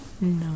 No